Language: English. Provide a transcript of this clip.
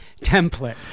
template